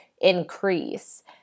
increase